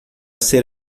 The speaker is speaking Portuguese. ser